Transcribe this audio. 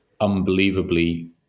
unbelievably